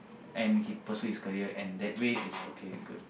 and he pursue his career and that way it's okay good